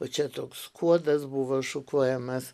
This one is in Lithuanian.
o čia toks kuodas buvo šukuojamas